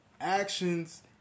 Actions